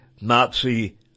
Nazi